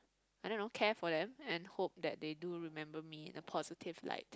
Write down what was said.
I don't know care for them and hope that they do remember me a positive light